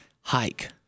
hike